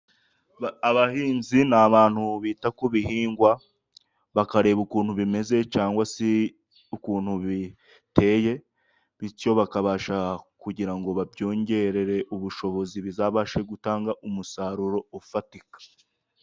Abahinzi n'abantu bita ku bihingwa, bakareba ukuntu bimeze cyangwa se ukuntu biteye, bityo bakabasha kugira ngo babyongerere ubushobozi, bizabashe gutanga umusaruro ufatika.